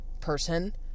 person